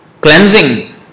cleansing